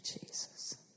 Jesus